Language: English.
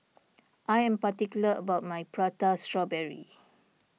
I am particular about my Prata Strawberry